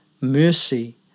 Mercy